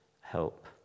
help